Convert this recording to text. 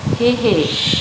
ਹੇ ਹੇ